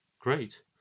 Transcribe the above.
Great